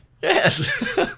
Yes